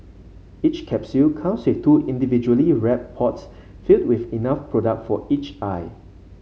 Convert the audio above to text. each capsule comes with two individually wrap pods filled with enough product for each eye